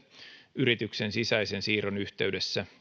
yrityksen sisäisen siirron yhteydessä